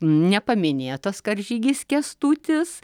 nepaminėtas karžygys kęstutis